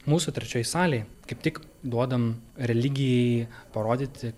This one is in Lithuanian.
mūsų trečioj salėj kaip tik duodam religijai parodyti